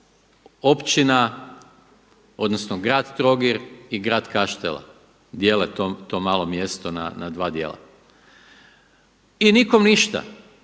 općina, odnosno grad Trogir i grad Kaštela dijele to malo mjesto na dva dijela. I nikome ništa.